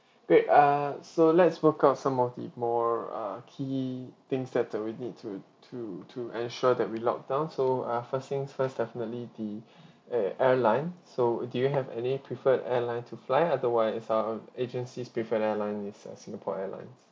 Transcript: wait err so let's work out some of the more uh key things that we need to to to ensure that we lock down so uh first thing first definitely the air~ airline so do you have any preferred airline to fly otherwise our agency's preferred airline is uh singapore airlines